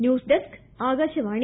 news desk Akashvani